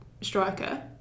striker